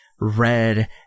Red